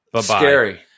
Scary